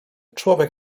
człowiek